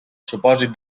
supòsit